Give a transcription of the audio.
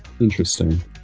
Interesting